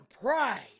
pride